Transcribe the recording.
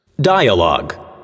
Dialogue